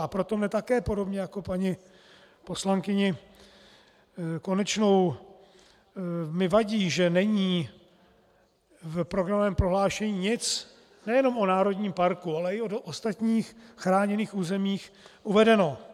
A proto mi také podobně jako paní poslankyni Konečné vadí, že není v programovém prohlášení nic nejenom o národním parku, ale ani o ostatních chráněných územích uvedeno.